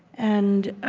and ah